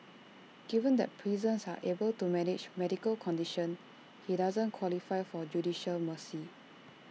given that prisons are able to manage medical condition he doesn't qualify for judicial mercy